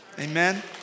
Amen